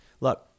Look